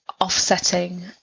offsetting